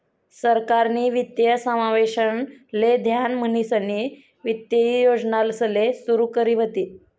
सरकारनी वित्तीय समावेशन ले ध्यान म्हणीसनी वित्तीय योजनासले सुरू करी व्हती